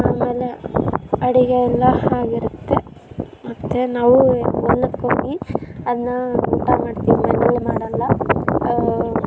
ಆಮೇಲೆ ಅಡುಗೆಯೆಲ್ಲ ಆಗಿರುತ್ತೆ ಮತ್ತೆ ನಾವು ಹೊಲಕ್ಕೋಗಿ ಅದನ್ನ ಊಟ ಮಾಡ್ತೀವಿ ಮನೆಲ್ಲಿ ಮಾಡೋಲ್ಲ